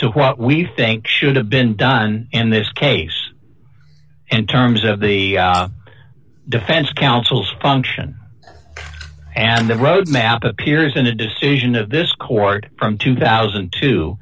to what we think should have been done in this case in terms of the defense counsel's function and the roadmap appears in a decision of this court from two thousand